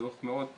דוח מאוד חשוב.